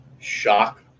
shock